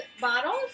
bottles